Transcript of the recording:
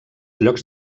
llocs